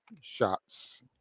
shots